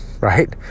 right